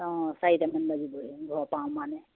অঁ চাৰিটামান বাজিব হে ঘৰ পাওঁ মানে